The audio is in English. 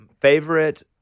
Favorite